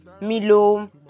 milo